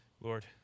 Lord